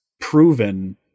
proven